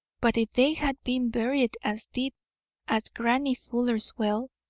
but if they had been buried as deep as grannie fuller's well,